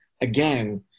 again